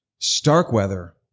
Starkweather